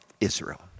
Israel